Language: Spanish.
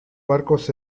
barcos